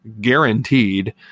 guaranteed